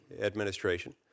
administration